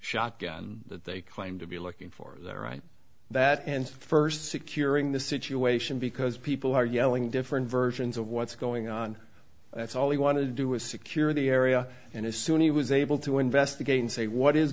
shotgun that they claim to be looking for there right that and first securing the situation because people are yelling different versions of what's going on that's all they want to do is secure the area and as soon he was able to investigate and say what is